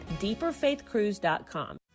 deeperfaithcruise.com